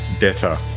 better